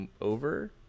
over